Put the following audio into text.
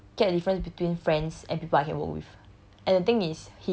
I get the difference between friends and people here I work with